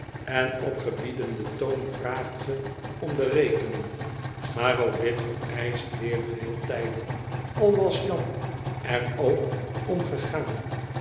en op gebiedenden toon vraagt ge om de rekening maar ook dit vereischt weer veel tijd al was jan er ook om